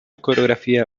coreografía